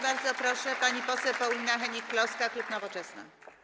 Bardzo proszę, pani poseł Paulina Hennig-Kloska, klub Nowoczesna.